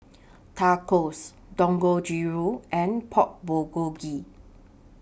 Tacos Dangojiru and Pork Bulgogi